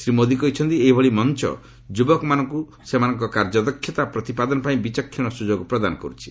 ଶ୍ରୀ ମୋଦି କହିଛନ୍ତି ଏହିଭଳି ମଞ୍ଚ ଯୁବକମାନଙ୍କୁ ସେମାନଙ୍କ କାର୍ଯ୍ୟଦକ୍ଷତା ପ୍ରତିପାଦନ ପାଇଁ ବିଚକ୍ଷଣ ସୁଯୋଗ ପ୍ରଦାନ କର୍ତ୍ଥି